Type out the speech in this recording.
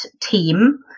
team